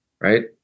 right